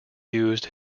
used